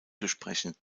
durchbrechen